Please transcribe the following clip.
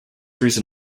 reason